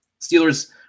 Steelers